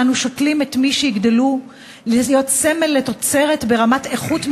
שגדלו והתחנכו על ערכי ההתיישבות,